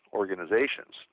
organizations